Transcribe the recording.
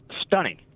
stunning